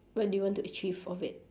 what do you want to achieve of it